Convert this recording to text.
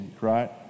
right